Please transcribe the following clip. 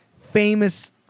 famous